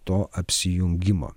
to apsijungimo